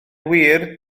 wir